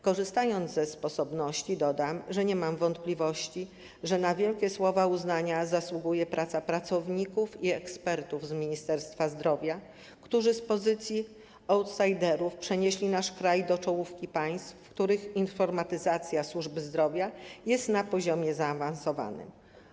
Korzystając ze sposobności, dodam, że nie mam wątpliwości, iż na wielkie słowa uznania zasługuje praca pracowników i ekspertów z Ministerstwa Zdrowia, którzy z pozycji outsidera przenieśli nasz kraj do czołówki państw, w których informatyzacja służby zdrowia jest na poziomie zaawansowanym.